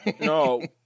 No